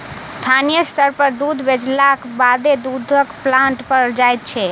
स्थानीय स्तर पर दूध बेचलाक बादे दूधक प्लांट पर जाइत छै